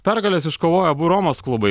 pergales iškovojo abu romos klubai